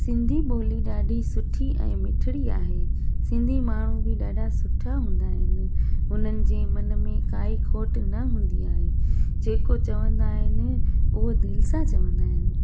सिंधी ॿोली ॾाढी सुठी ऐं मिठड़ी आहे सिंधी माण्हूं बि ॾाढा सुठा हूंदा आहिनि उन्हनि जे मन में काई खोट न हूंदी आहे जेको चवंदा आहिनि उहो दिलि सां चवंदा आहिनि